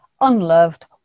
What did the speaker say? unloved